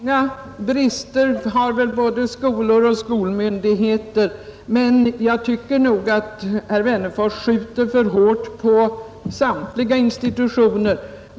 Herr talman! Brister har väl både skolor och skolmyndigheter, men jag tycker nog att herr Wennerfors skjuter för hårt på samtliga institutioner.